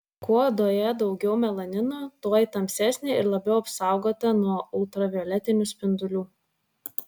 kuo odoje daugiau melanino tuo ji tamsesnė ir labiau apsaugota nuo ultravioletinių spindulių